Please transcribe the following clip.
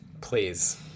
Please